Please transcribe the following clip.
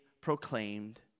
proclaimed